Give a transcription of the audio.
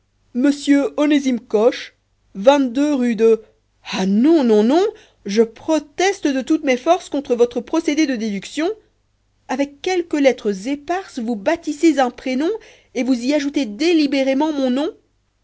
monsieur onésime coche rue de ah non non non je proteste de toutes mes forces contre votre procédé de déduction avec quelques lettres éparses vous bâtissez un prénom et vous y ajoutez délibérément mon nom